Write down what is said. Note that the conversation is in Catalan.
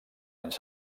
anys